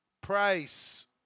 Price